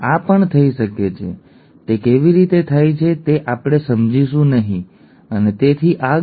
આ પણ થઈ શકે છે તે કેવી રીતે થાય છે તે આપણે સમજીશું નહીં અને તેથી આગળ